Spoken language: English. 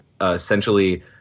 essentially